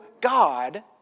God